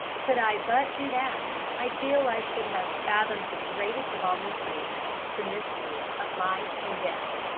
could i but do that, i feel i should have fathomed the greatest of all mysteries the mystery of life and death.